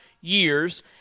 years